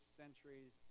centuries